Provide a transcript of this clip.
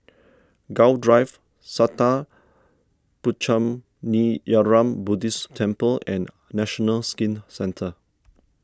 Gul Drive Sattha Puchaniyaram Buddhist Temple and National Skin Centre